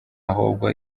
ahubwo